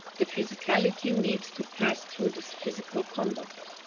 the physicality needs to pass through this physical conduct,